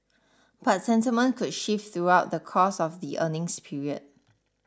but sentiment could shift throughout the course of the earnings period